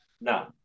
no